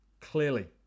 clearly